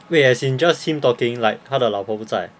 wait as in just him talking like 他的老婆不在 ah